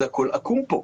הכול עקום פה.